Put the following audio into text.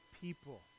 people